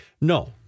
no